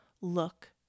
Look